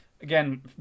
Again